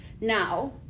Now